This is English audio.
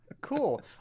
Cool